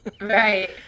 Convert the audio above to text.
right